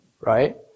right